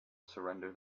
surrender